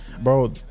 Bro